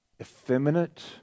effeminate